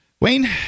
Wayne